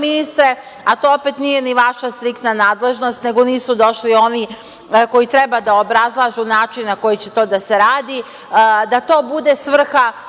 ministre, a to opet nije ni vaša striktna nadležnost, nego nisu došli oni koji treba da obrazlažu način na koji će to da se radi, da to bude svrha